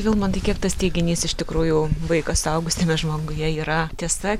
vilmantai kiek tas teiginys iš tikrųjų vaikas suaugusiame žmoguje yra tiesa